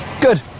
good